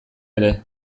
ere